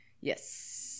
Yes